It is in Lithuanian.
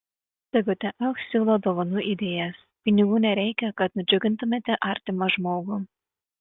sigutė ach siūlo dovanų idėjas pinigų nereikia kad nudžiugintumėte artimą žmogų